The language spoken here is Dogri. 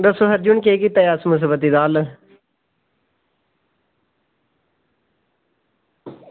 बस सर जी हून केह् कीता जा इस समस्या दा